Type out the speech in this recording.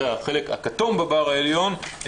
זה החלק הכתום בבר העליון,